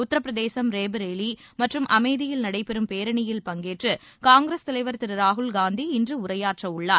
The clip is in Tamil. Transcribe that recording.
உத்தரப்பிரதேசம் ரேபரேலி மற்றும் அமேதியில் நடைபெறும் பேரணியில் பங்கேற்று காங்கிரஸ் தலைவர் திரு ராகுல்காந்தி இன்று உரையாற்றவுள்ளார்